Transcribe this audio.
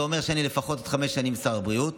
זה אומר שאני עוד חמש שנים לפחות שר הבריאות.